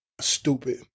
Stupid